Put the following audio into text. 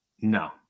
No